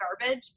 garbage